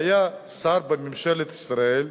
והיה שר בממשלת ישראל,